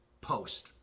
post